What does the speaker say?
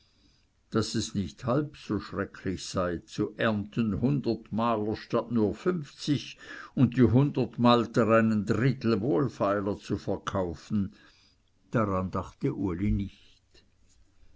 daß es nicht halb so schrecklich sei zu ernten hundert malter statt nur fünfzig und die hundert malter einen drittel wohlfeiler zu verkaufen daran dachte uli nicht